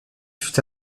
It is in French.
fut